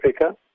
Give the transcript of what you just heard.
Africa